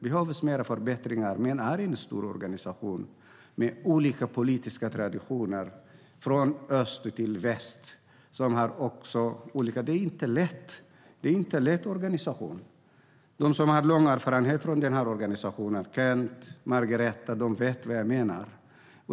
Det är en stor organisation med olika politiska traditioner från öst till väst, och det är ingen lätt uppgift organisationen har. De som har lång erfarenhet av organisationen - Kent och Margareta - vet vad jag menar.